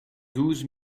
douze